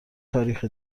تاریخ